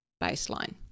baseline